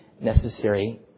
necessary